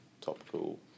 topical